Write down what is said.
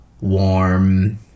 warm